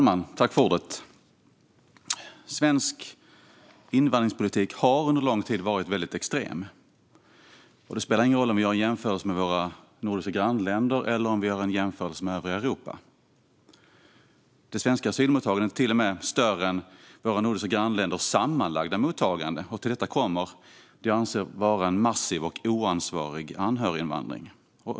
Fru talman! Svensk invandringspolitik har under lång tid varit väldigt extrem. Det spelar ingen roll om vi gör en jämförelse med våra nordiska grannländer eller om vi gör en jämförelse med övriga Europa. Det svenska asylmottagandet är till och med större än våra nordiska grannländers sammanlagda mottagande, och till detta kommer det jag anser vara en massiv och oansvarig anhöriginvandring.